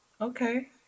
Okay